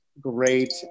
great